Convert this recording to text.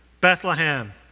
Bethlehem